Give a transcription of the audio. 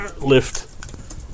lift